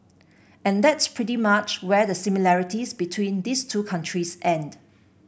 and that's pretty much where the similarities between these two countries end